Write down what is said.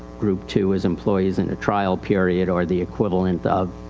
group two is employees in a trial period or the equivalent of,